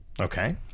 Okay